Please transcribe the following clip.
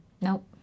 Nope